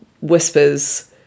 whispers